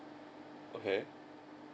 okay